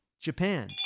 Japan